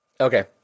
Okay